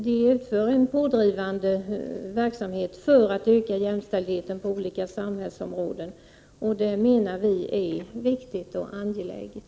De utför en pådrivande verksamhet för att öka jämställdheten på olika samhällsområden, och det är viktigt och angeläget.